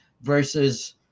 versus